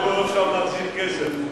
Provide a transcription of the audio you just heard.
להחזיר כסף.